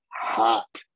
hot